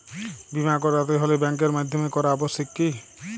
বিমা করাতে হলে ব্যাঙ্কের মাধ্যমে করা আবশ্যিক কি?